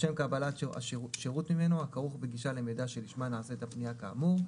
לשם קבלת שירות ממנו הכרוך בגישה למידע שלשמה נעשית הפנייה כאמור,